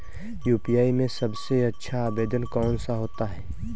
UPI में सबसे अच्छा आवेदन कौन सा होता है?